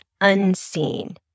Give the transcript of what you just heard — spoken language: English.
unseen